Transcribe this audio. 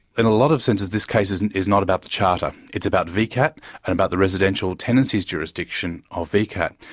in a lot of senses this case is and is not about the charter, it's about vcat and about the residential tenancies jurisdiction of vcat,